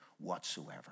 whatsoever